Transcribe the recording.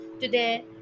today